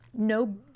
no